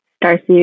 Darcy